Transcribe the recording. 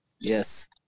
yes